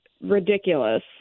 ridiculous